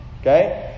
Okay